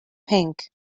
pink